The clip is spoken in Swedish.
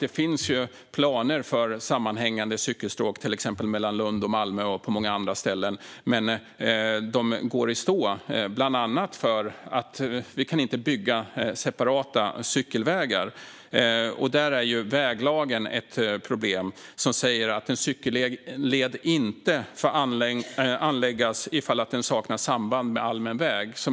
Det finns ju planer på sammanhängande cykelstråk, till exempel mellan Lund och Malmö och på många andra ställen. Men de går i stå, bland annat därför att man inte kan bygga separata cykelvägar. Där är väglagen ett problem, som säger att en cykelled inte får anläggas om den saknar samband med allmän väg.